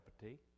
tea